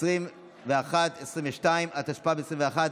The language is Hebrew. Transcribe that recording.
התשפ"ב 2021,